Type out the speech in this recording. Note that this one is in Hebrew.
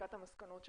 בהסקת המסקנות שלו,